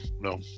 no